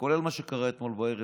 כולל מה שקרה אתמול בערב,